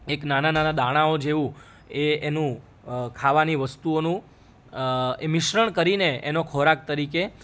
એક નાના નાના દાણાઓ જેવું એ એનું ખાવાની વસ્તુઓનું એ મિશ્રણ કરીને એનો ખોરાક તરીકે